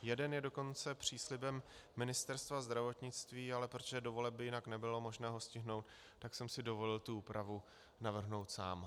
Jeden je dokonce příslibem Ministerstva zdravotnictví, ale protože do voleb by jinak nebylo možné ho stihnout, tak jsem si dovolil tu úpravu navrhnout sám.